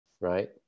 Right